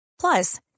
Plus